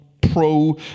Pro